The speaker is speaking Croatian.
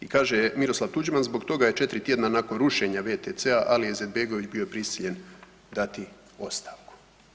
I kaže Miroslav Tuđman, zbog toga je 4 tjedna nakon rušenja WTC-a Alija Izetbegović bio prisiljen dati ostavku.